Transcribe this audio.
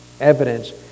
evidence